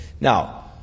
Now